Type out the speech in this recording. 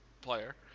player